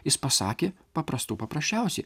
jis pasakė paprastų paprasčiausiai